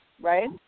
right